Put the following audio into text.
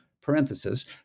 parenthesis